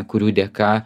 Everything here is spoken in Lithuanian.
kurių dėka